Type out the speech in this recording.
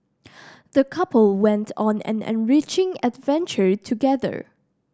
the couple went on an enriching adventure together